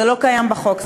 זה לא קיים בחוק,